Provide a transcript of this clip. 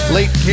Late